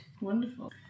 Wonderful